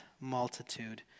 multitude